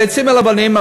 אל העצים ואל האבנים,